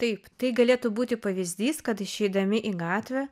taip tai galėtų būti pavyzdys kad išeidami į gatvę